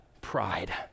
pride